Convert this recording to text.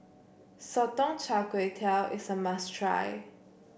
Sotong Char Kway is a must try